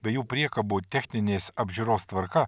bei jų priekabų techninės apžiūros tvarka